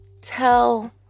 tell